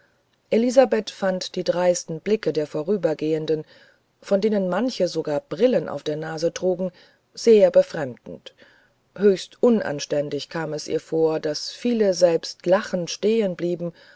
elisabeth fand die dreisten blicke der vorübergehenden von denen manche sogar brillen auf der nase trugen sehr befremdend höchst unanständig kam es ihr vor daß viele selbst lachend